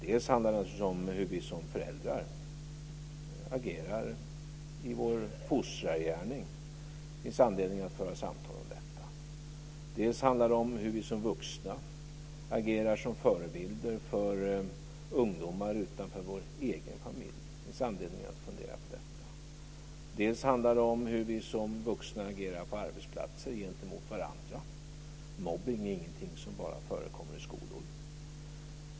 Dels handlar det om hur vi som föräldrar agerar i vår fostrargärning. Det finns anledning att föra samtal om detta. Dels handlar det om hur vi som vuxna agerar som förebilder för ungdomar utanför vår egen familj. Det finns anledning att fundera på detta. Dels handlar det om hur vi som vuxna agerar på arbetsplatser gentemot varandra. Mobbning är ingenting som bara förekommer i skolor.